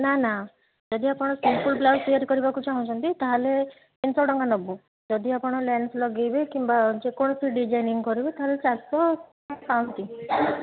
ନା ନା ଯଦି ଆପଣ ସିମ୍ପୁଲ୍ ବ୍ଲାଉଜ୍ ତିଆରି କରିବାକୁ ଚାହୁଁଛନ୍ତି ତା'ହେଲେ ତିନିଶହ ଟଙ୍କା ନେବୁ ଯଦି ଆପଣ ଲେସ୍ ଲଗାଇବେ କିମ୍ବା ଯେ କୌଣସି ଡିଜାଇନିଂ କରିବେ ତା'ହେଲେ ଚାରିଶହ କିମ୍ବା ପାଞ୍ଚଶହ